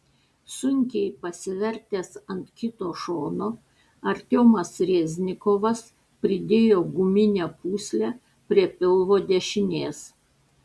sunkiai pasivertęs ant kito šono artiomas reznikovas pridėjo guminę pūslę prie pilvo dešinės